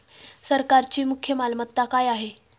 सरकारची मुख्य मालमत्ता काय आहे?